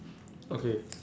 okay